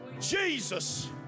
Jesus